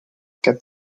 quatre